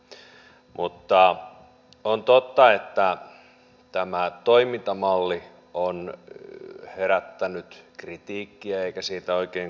mutta on totta että tämä toimintamalli on herättänyt kritiikkiä eikä siitä oikein kauneuspisteitä voi antaa